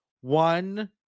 one